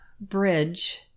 bridge